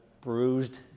bruised